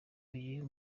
uyu